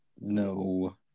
No